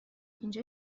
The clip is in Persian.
اینجا